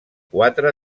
quatre